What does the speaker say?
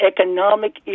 economic